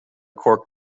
cork